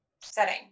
Setting